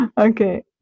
Okay